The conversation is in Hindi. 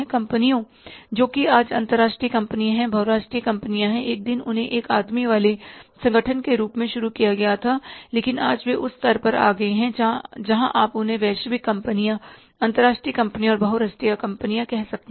कंपनियों जोकि आज अंतर्राष्ट्रीय कंपनियां हैं बहुराष्ट्रीय कंपनियां है एक दिन उन्हें एक आदमी वाले संगठनों के रूप में शुरू किया गया था लेकिन आज वे उस स्तर पर आ गए हैं जहां आप उन्हें वैश्विक कंपनियां अंतरराष्ट्रीय कंपनियां और बहुराष्ट्रीय कंपनियां कहते हैं